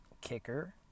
kicker